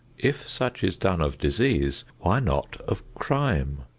if such is done of disease, why not of crime?